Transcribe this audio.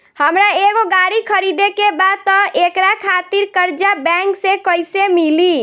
हमरा एगो गाड़ी खरीदे के बा त एकरा खातिर कर्जा बैंक से कईसे मिली?